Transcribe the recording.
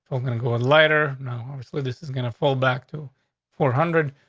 we're gonna go with lighter. no, obviously, this is gonna fall back to four hundred.